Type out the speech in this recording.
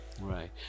right